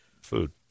food